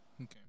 Okay